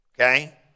Okay